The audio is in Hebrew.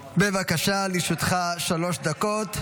בבקשה, לרשותך שלוש דקות.